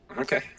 Okay